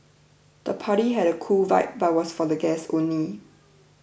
the party had a cool vibe but was for the guests only